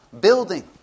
building